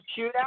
shootout